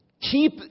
keep